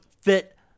fit